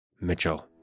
Mitchell